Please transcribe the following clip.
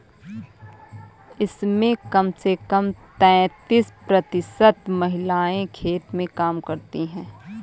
इसमें कम से कम तैंतीस प्रतिशत महिलाएं खेत में काम करती हैं